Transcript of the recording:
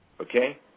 okay